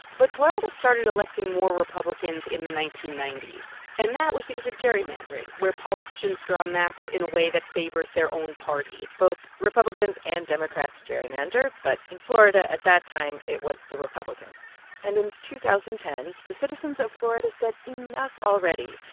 but florida started electing more republicans in the nineteen ninety s, and that was because of gerrymandering, where politicians draw maps in a way that favors their own party both republicans and democrats gerrymander, but in florida at that time, it was the republicans. and in two thousand and ten, the citizens of florida said, enough already.